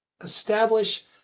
establish